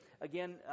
again